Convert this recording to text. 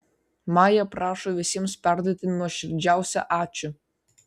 maja prašo visiems perduoti nuoširdžiausią ačiū